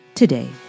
today